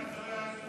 מי אחריה,